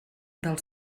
del